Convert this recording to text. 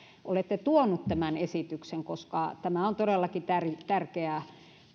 olette tuonut tämän esityksen tämä on todellakin tärkeä tärkeä